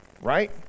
right